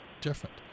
different